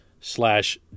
Slash